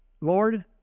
Lord